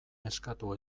eskatu